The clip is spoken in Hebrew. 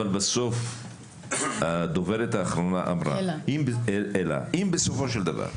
אבל בסוף הדוברת האחרונה אלה אמרה: אם בסופו של דבר,